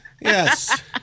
Yes